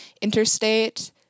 Interstate